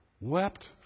wept